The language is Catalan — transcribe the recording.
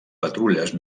patrulles